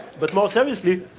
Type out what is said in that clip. but more seriously,